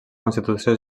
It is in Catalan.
constitució